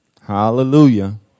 Hallelujah